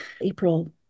April